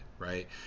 right